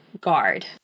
guard